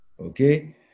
okay